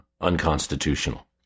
unconstitutional